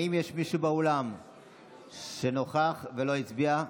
האם יש מישהו באולם שנוכח ולא הצביע?